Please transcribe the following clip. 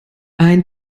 ein